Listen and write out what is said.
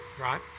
right